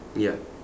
ya